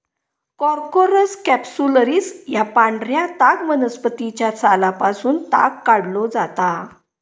Corchorus capsularis या पांढऱ्या ताग वनस्पतीच्या सालापासून ताग काढलो जाता